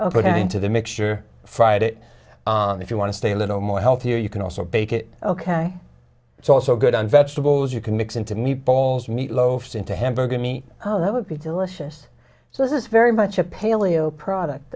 it into the mixture fried it on if you want to stay a little more healthier you can also bake it ok it's also good on vegetables you can mix into meatballs meat loaf's into hamburger meat oh that would be delicious so this is very much a paleo product